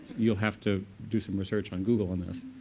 you'll have to do some research on google on this.